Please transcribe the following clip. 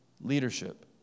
leadership